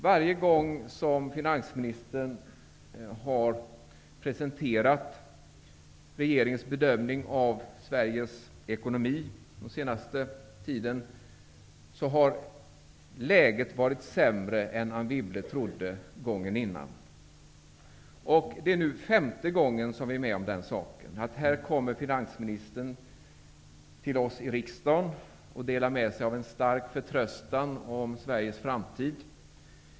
Varje gång finansministern har presenterat regeringens bedömning av Sveriges ekonomi under den senaste tiden har läget varit sämre än vad Anne Wibble trodde föregående gång. Det är nu femte gången vi upplever samma sak. Här kommer finansministern till oss i riksdagen och delar med sig av en stark förtröstan om Sveriges framtid.